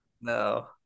no